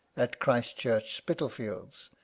at christ church, spitalfields,